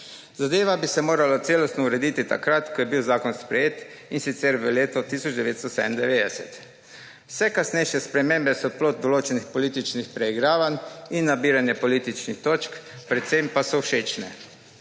Zadeva bi se morala celostno urediti takrat, ko je bil zakon sprejet, in sicer v letu 1997. Vse kasnejše spremembe so plod določenih političnih preigravanj in nabiranje političnih točk, predvsem pa so všečne.